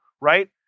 right